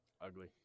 Ugly